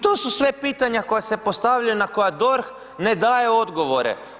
To su sve pitanja koja se postavljaju na koja DORH ne daje odgovore.